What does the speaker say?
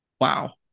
Wow